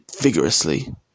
vigorously